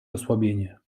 osłabienie